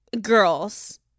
girls